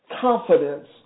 confidence